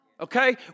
okay